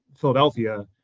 Philadelphia